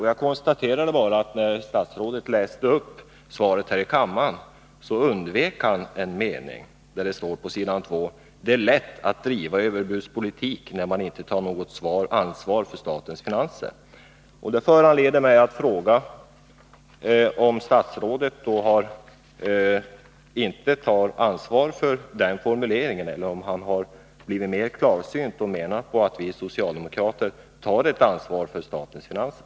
Jag konstaterar bara att när statsrådet läste upp svaret här i kammaren undvek han en mening, där det står: ”Det är lätt att driva överbudspolitik när man inte tar något ansvar för statens finanser.” Det föranleder mig att fråga om statsrådet inte tar ansvar för den formuleringen, eller om han har blivit mer klarsynt och menar att vi socialdemokrater tar detta ansvar för statens finanser.